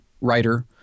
writer